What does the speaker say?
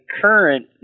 current